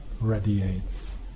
radiates